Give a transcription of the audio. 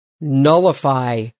nullify